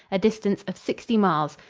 a distance of sixty miles,